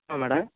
ஆமாம் மேடம்